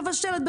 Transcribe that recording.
מבשלת,